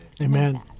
Amen